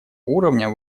уровня